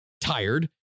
tired